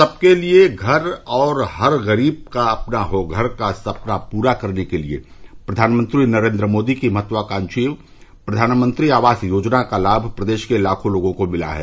सबके लिए घर और हर गरीब का अपना हो घर का सपना पूरा करने के लिए प्रधानमंत्री नरेन्द्र मोदी की महत्वाकांक्षी प्रघानमंत्री आवास योजना का लाम प्रदेश के लाखों लोगों को मिला है